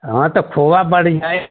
हाँ तो खोआ बढ़िया ही